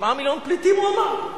7 מיליון פליטים הוא אמר?